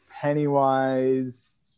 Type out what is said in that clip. Pennywise